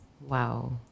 Wow